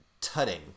tutting